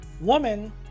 woman